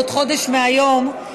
בעוד חודש מהיום,